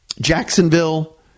Jacksonville